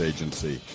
Agency